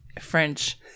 French